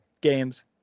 games